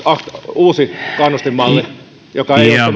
uusi kannustinmalli joka ei